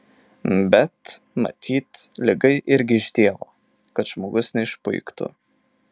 bet matyt liga irgi iš dievo kad žmogus neišpuiktų